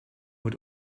had